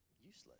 useless